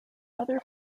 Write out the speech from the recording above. other